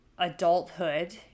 adulthood